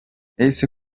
ese